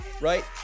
right